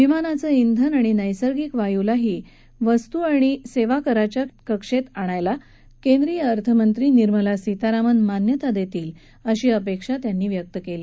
विमानाचं ब्रिन आणि नैसर्गिक वायूलाही वस्तू आणि सेवाकराच्या कक्षेत आणण्याला केंद्रीय अर्थमंत्री निर्मला सीतारामन मान्यता देतील अशी अपेक्षा त्यांनी व्यक्त केली